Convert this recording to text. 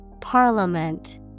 Parliament